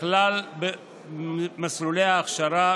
בכלל מסלולי ההכשרה,